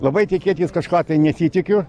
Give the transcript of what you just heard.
labai tikėtys kažką nesitikiu